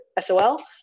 SOL